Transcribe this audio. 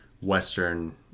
Western